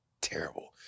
Terrible